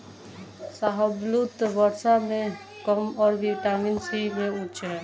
शाहबलूत, वसा में कम और विटामिन सी में उच्च है